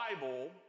Bible